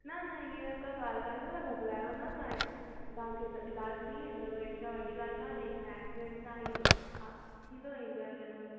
न न हीअं का ॻाल्हि कोन्हे तव्हां घबरायो न तव्हां तव्हांखे इलाज थी वेंदव अहिड़ी का वॾी ॻाल्हि कोन्हे खाइण पीअण सां ई आहे थींदो रहंदो आहे ईअं त